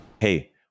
Hey